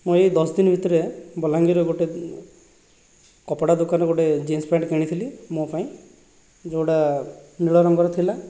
ମୁଁ ଏହି ଦଶଦିନ ଭିତରେ ବଲାଙ୍ଗୀରରେ ଗୋଟେ କପଡ଼ା ଦୋକାନ ଗୋଟେ ଜିନ୍ସ ପ୍ୟାଣ୍ଟ କିଣିଥିଲି ମୋ ପାଇଁ ଯେଉଁଟା ନୀଳ ରଙ୍ଗର ଥିଲା